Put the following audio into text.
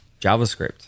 javascript